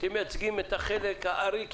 אתם מייצגים את החלק הארי,